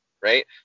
right